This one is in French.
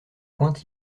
pointe